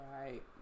Right